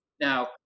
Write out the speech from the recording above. Now